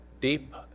deep